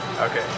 Okay